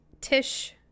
Tish